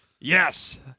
Yes